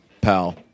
pal